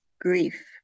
grief